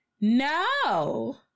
no